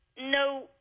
No